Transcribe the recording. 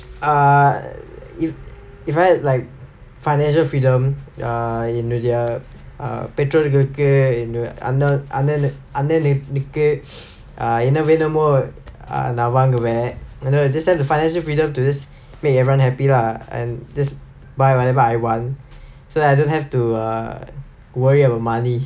uh if if I like financial freedom err in என்னுடைய பெற்றோர்களுக்கு என் அண்ண அண்ணனு அண்ணனுக்கு என்ன வேணுமோ நா வாங்குவே:ennudaiya petrorgalukku en anna annanu annanukku enna venumo naa vaanguvae you know have the financial freedom to just make everyone happy lah and just buy whenever I want so that I don't have to err worry about money